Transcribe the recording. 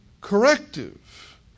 corrective